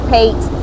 Pete